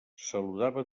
saludava